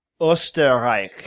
Österreich